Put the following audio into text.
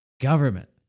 government